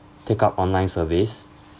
take up online surveys